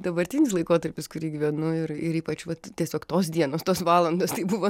dabartinis laikotarpis kurį gyvenu ir ir ypač vat tiesiog tos dienos tos valandos tai buvo